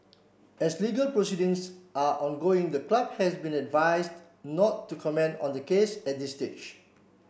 as legal proceedings are ongoing the club has been advised not to comment on the case at this stage